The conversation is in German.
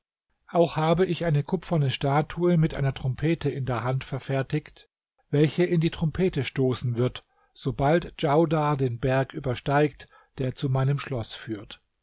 auch habe ich eine kupferne statue mit einer trompete in der hand verfertigt welche in die trompete stoßen wird sobald djaudar den berg übersteigt der zu meinem schloß führt